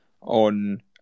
on